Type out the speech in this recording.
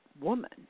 woman